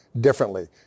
differently